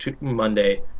Monday